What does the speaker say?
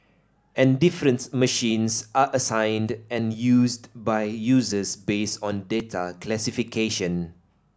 and different machines are assigned and used by users based on data classification